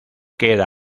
queda